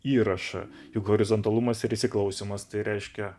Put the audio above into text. įrašą juk horizontalumas ir įsiklausymas tai reiškia